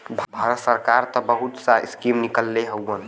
भारत सरकार त बहुत सा स्कीम निकलले हउवन